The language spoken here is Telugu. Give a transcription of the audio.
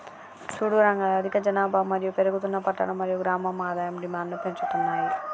సూడు రంగయ్య అధిక జనాభా మరియు పెరుగుతున్న పట్టణ మరియు గ్రామం ఆదాయం డిమాండ్ను పెంచుతున్నాయి